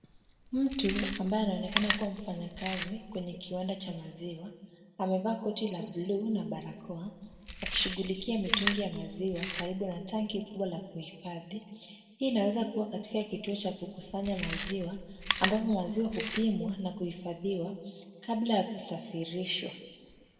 Mtu ambaye anaoneana kuwa mfanyakazi kwenye kiwanda cha maziwa, amevaa koti la buluu na barakoa, akishughulikia mitungi ya maziwa, karibu na tanki kubwa la kuhifadhi. Hii inaweza kuwa katika kituo kikubwa cha kukusanya maziwa, ambapo maziwa hupimwa na kuhifadhiwa kabla ya kusafirishwa.